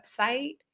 website